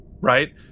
Right